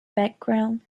background